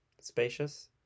spacious